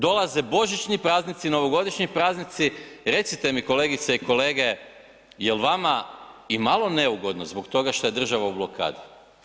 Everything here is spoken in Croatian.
Dolaze božićni praznici, novogodišnji praznici, recite mi kolegice i kolege jel vama i malo neugodno zbog toga šta je država u blokadi.